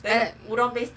like that